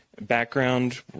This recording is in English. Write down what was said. background